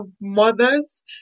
mothers